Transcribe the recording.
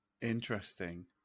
Interesting